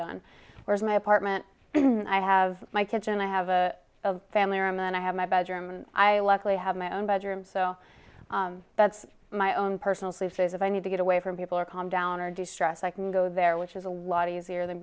done where's my apartment i have my kitchen i have a family room and i have my bedroom and i luckily have my own bedroom so that's my own personal sleeveface if i need to get away from people or calm down or do stress i can go there which is a lot easier than